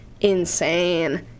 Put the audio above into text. insane